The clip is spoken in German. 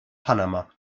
panama